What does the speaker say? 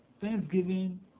Thanksgiving